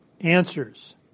answers